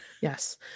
yes